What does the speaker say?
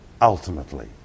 ultimately